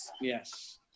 Yes